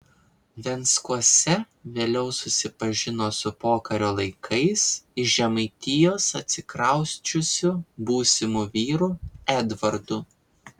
venckuose vėliau susipažino su pokario laikais iš žemaitijos atsikrausčiusiu būsimu vyru edvardu